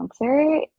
answer